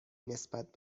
نسبت